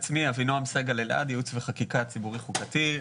אבינועם סגל-אלעד מייעוץ וחקיקה ציבורי חוקתי.